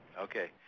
Okay